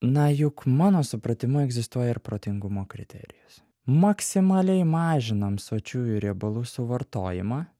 na juk mano supratimu egzistuoja ir protingumo kriterijus maksimaliai mažinam sočiųjų riebalų suvartojimą